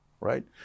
right